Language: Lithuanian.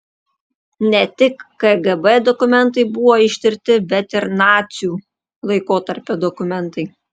ne tik kgb dokumentai buvo ištirti bet ir nacių laikotarpio dokumentai